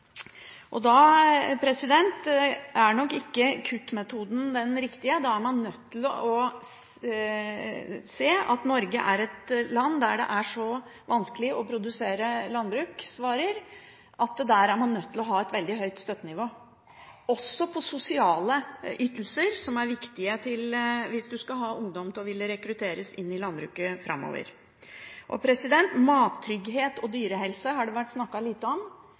Da er nok ikke kuttmetoden den riktige. Da er man nødt til å se at Norge er et land der det er så vanskelig å produsere landbruksvarer at man er nødt til å ha et veldig høyt støttenivå. Og sosiale ytelser er viktig hvis du skal få ungdom rekruttert inn i landbruket framover. Mattrygghet og dyrehelse har det vært snakket lite om.